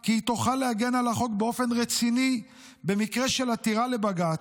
כי היא תוכל להגן על החוק באופן רציני במקרה של עתירה לבג"ץ,